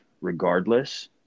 regardless